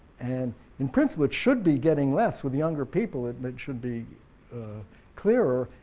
and in principle it should be getting less with younger people it and it should be clearer,